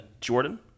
Jordan